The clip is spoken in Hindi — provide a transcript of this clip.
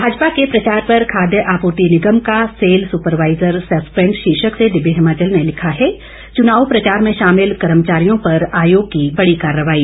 भाजपा के प्रचार पर खाद्य आपूर्ति निगम का सेल सुपरवाइजर सस्पेंड शीर्षक से दिव्य हिमाचल ने लिखा है चुनाव प्रचार में शामिल कर्मचारियों पर आयोग की बड़ी कार्रवाई